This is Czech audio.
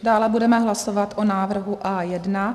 Dále budeme hlasovat o návrhu A1.